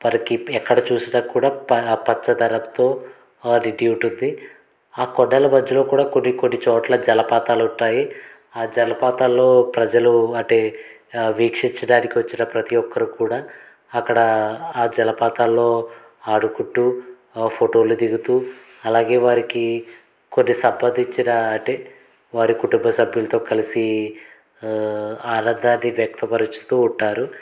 మనకు ఎక్కడ చూసినా కూడా పచ్చదనంతో నిండి ఉంటుంది ఆ కొండల మధ్యలో కూడా కొన్ని కొన్ని చోట్ల జలపాతాలు ఉంటాయి ఆ జలపాతాల్లో ప్రజలు అంటే వీక్షించడానికి వచ్చిన ప్రతి ఒక్కరు కూడా అక్కడ ఆ జలపాతాల్లో ఆడుకుంటూ ఆ ఫోటోలు దిగుతూ అలాగే వారికి కొన్ని సంప్రదించిన అంటే వారి కుటుంబ సభ్యులతో కలిసి ఆనందాన్ని వ్యక్తపరుచుతూ ఉంటారు